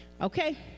Okay